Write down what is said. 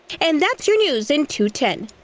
and that's your news into ten.